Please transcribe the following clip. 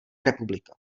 republika